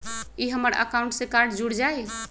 ई हमर अकाउंट से कार्ड जुर जाई?